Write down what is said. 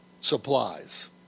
supplies